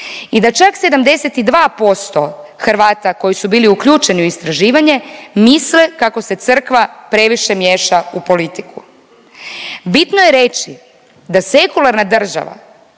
I da čak 72% Hrvata koji su bili uključeni u istraživanje misle kako se crkva previše miješa u politiku. Bitno je reći da sekularna država